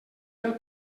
del